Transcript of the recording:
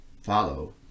follow